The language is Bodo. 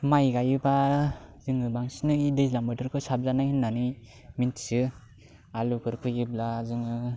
माइ गायोबा जोङो बांसिनै दैलां बोथोरखौ साबजानाय होननानै मोनथियो आलुफोर फोयोब्ला जोङो